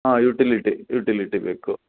ಹಾಂ utility utility ಬೇಕು